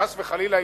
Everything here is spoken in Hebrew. חס וחלילה,